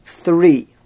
Three